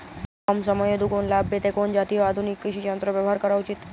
কম সময়ে দুগুন লাভ পেতে কোন জাতীয় আধুনিক কৃষি যন্ত্র ব্যবহার করা উচিৎ?